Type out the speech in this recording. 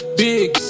big